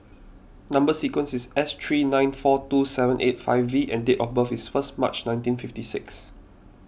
Number Sequence is S three nine four two seven eight five V and date of birth is first March nineteen fifty six